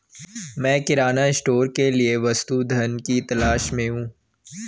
मैं किराना स्टोर के लिए वस्तु धन की तलाश में हूं